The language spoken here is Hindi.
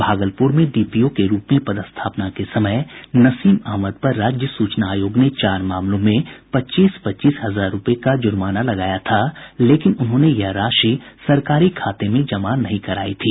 भागलपुर में डीपीओ के रूप में पदस्थापना के समय नसीम अहमद पर राज्य सूचना आयोग ने चार मामलों में पच्चीस पच्चीस हजार रूपये का जुर्माना लगाया था लेकिन उन्होंने यह राशि सरकारी खाते में जमा नहीं करायी थी